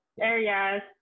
areas